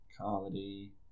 comedy